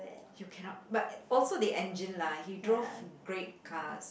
you cannot but also the engine lah he drove great cars